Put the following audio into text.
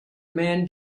man